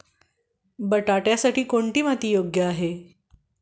बटाट्यासाठी कोणती माती योग्य आहे?